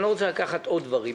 אני לא רוצה לקחת עוד דברים.